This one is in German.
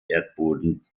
erdboden